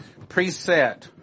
preset